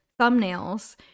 thumbnails